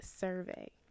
survey